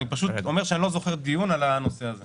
אני פשוט אומר שאני לא זוכר דיון על הנושא הזה.